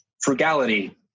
frugality